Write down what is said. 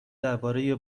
درباره